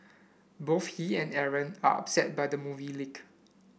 both he and Aaron are upset by the movie leak